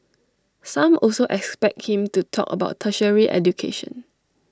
some also expect him to talk about tertiary education